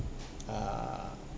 err